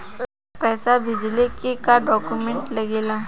पैसा भेजला के का डॉक्यूमेंट लागेला?